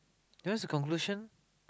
here's the conclusion